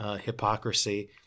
Hypocrisy